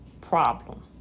problem